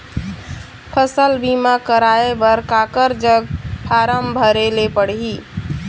फसल बीमा कराए बर काकर जग फारम भरेले पड़ही?